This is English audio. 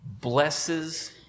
blesses